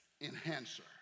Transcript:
enhancer